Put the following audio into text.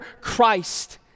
Christ